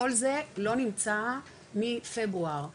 כל זה לא נמצא מפברואר 22,